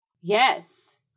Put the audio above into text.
Yes